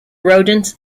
rodents